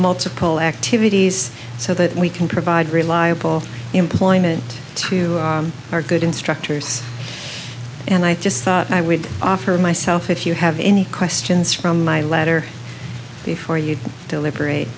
multiple activities so that we can provide reliable employment to our good instructors and i just thought and i would offer myself if you have any questions from my letter before you deliberate